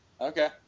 Okay